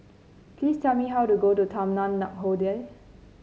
please tell me how to get to Taman Nakhoda